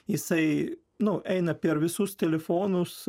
jisai nu eina per visus telefonus